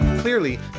Clearly